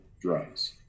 drugs